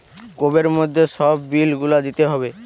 কোবের মধ্যে সব বিল গুলা দিতে হবে